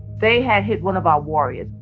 they had hit one of our warriors.